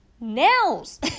nails